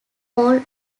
all